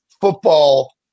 football